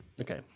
Okay